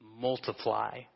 multiply